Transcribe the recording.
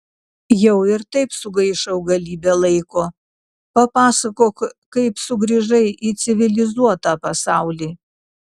jau ir taip sugaišau galybę laiko papasakok kaip sugrįžai į civilizuotą pasaulį